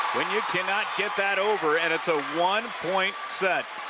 when you cannot get that over and it's a one-point set.